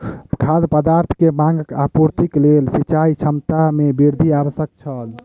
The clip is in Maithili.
खाद्य पदार्थ के मांगक आपूर्तिक लेल सिचाई क्षमता में वृद्धि आवश्यक छल